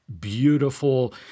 beautiful